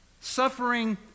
Suffering